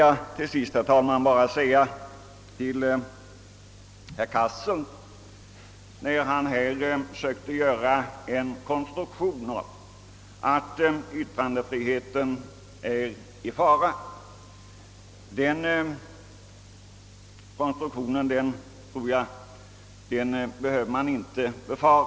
Jag vill till sist bemöta herr Cassel som försökte göra en konstruktion och påstå att yttrandefriheten är i fara. Jag tror inte man behöver befara att herr Cassels farhågor besannas.